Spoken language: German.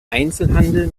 einzelhandel